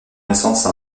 naissance